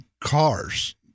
cars